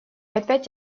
опять